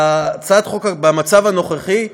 במצב הנוכחי,